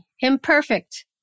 imperfect